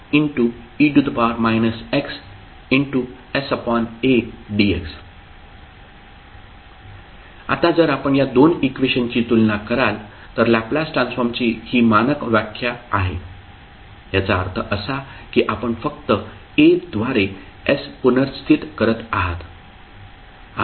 तर Lf1a0fxe xsadx आता जर आपण या दोन इक्वेशनची तुलना कराल तर लॅपलास ट्रान्सफॉर्मची ही मानक व्याख्या आहे याचा अर्थ असा की आपण फक्त a द्वारे s पुनर्स्थित करत आहात